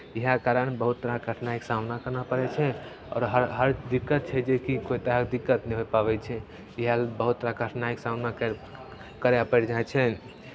इएह कारण हमे बहुत तरहके कठिनाइके सामना करय पड़ै छै आओर हर हर दिक्कत छै जेकि ओहि तरहके दिक्कत नहि होय पाबै छै इएह लेल बहुत तरह कठिनाइके सामना कर् करय पड़ि जाइ छै